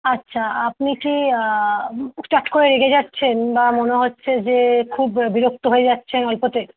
আচ্ছা আপনি কি হুটহাট করে রেগে যাচ্ছেন বা মনে হচ্ছে যে খুব বিরক্ত হয়ে যাচ্ছেন ওই